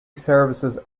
services